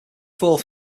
fourth